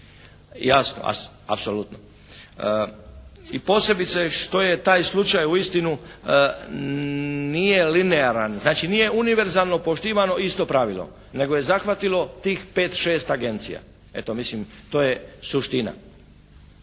Jasno apsolutno. I posebice što je taj slučaj uistinu nije linearan, znači nije univerzalno poštivano isto pravilo nego je zahvatilo tih 5, 6 agencija. Eto, mislim to je suština.